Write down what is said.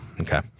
okay